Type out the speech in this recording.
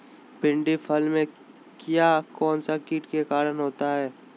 भिंडी फल में किया कौन सा किट के कारण होता है?